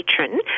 patron